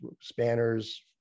spanners